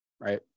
right